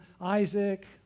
Isaac